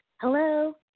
Hello